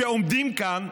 עומדים כאן,